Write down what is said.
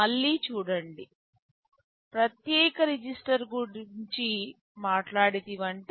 మళ్ళీ చూడండి ప్రత్యేక రిజిస్టర్ గురించి మాట్లాడితివంటే